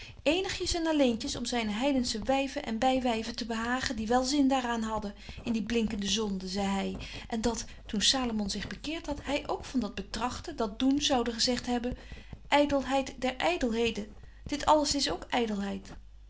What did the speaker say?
eenigjes en alleentjes om zyne heidensche wyven en bywyven te behagen die wel zin daar aan hadden in die blinkende zonden zei hy en dat toen salomon zich bekeert hadt hy ook van dat betrachten dat doen zoude gezegt hebben ydelheid der ydelheden dit alles is ook